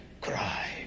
cry